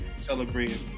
celebrating